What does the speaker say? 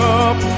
up